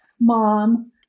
mom